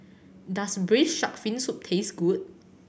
does Braised Shark Fin Soup taste good